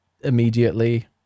immediately